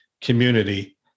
community